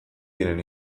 diren